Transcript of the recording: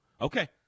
okay